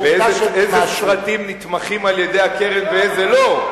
איזה סרטים נתמכים על-ידי הקרן ואיזה לא.